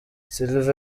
sylvain